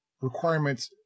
requirements